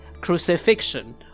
crucifixion